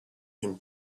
him